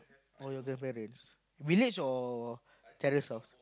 oh your grandfather village or terrace house